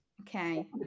Okay